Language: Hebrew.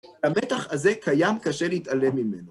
המתח הזה קיים, קשה להתעלם ממנו.